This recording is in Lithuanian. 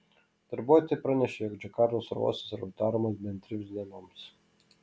darbuotojai pranešė jog džakartos oro uostas yra uždaromas bent trims dienoms